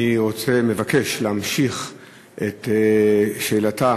אני מבקש להמשיך את שאלתה